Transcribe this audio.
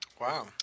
Wow